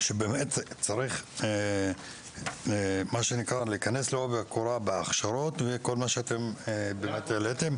שצריך להיכנס לעובי הקורה בהכשרות ובכל מה שהעליתם.